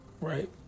Right